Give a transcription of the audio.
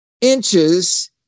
inches